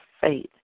faith